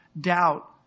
doubt